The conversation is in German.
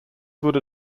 wurde